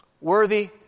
Worthy